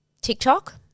TikTok